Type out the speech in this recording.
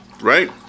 Right